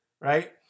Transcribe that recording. right